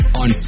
on